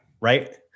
Right